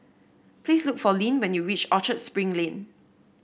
please look for Lyn when you reach Orchard Spring Lane